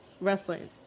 Wrestling